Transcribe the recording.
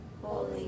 Holy